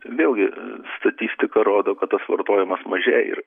vėlgi statistika rodo kad tas vartojimas mažėja ir